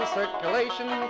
circulation